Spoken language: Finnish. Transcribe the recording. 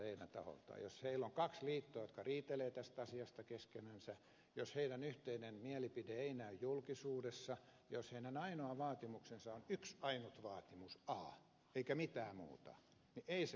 jos heillä on kaksi liittoa jotka riitelevät tästä asiasta keskenänsä jos heidän yhteinen mielipiteensä ei näy julkisuudessa ja jos heidän ainoa vaatimuksensa on yksi ainut vaatimus a eikä mitään muuta niin ei se kauhean rakentavaa ole